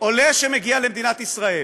עולה שמגיע למדינת ישראל